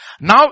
Now